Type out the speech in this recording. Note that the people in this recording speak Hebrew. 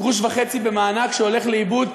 גרוש וחצי במענק שהולך לאיבוד,